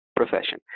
profession